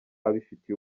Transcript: abifitiye